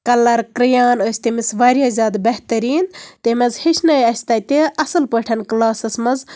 colour کریٛان ٲسۍ تٔمِس واریاہ زیادٕ بہتٔریٖن تمۍ حظ ہیٚچھنٲے اَسہِ تَتہِ اصٕل پٲٹھۍ کٕلاسَس مَنٛز